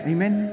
Amen